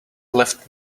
left